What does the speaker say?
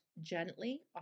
gently